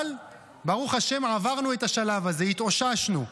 אבל ברוך השם עברנו את השלב הזה, התאוששנו.